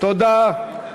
תודה.